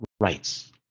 rights